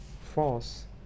false